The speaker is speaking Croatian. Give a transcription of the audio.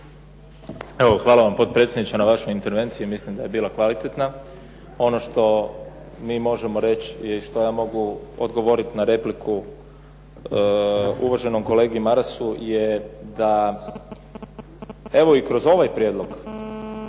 hvala vam potpredsjedniče na vašoj intervenciji. Mislim da je bila kvalitetna. Ono što mi možemo reći i što ja mogu odgovoriti na repliku uvaženom kolegi Marasu je da, evo i kroz ovaj prijedlog,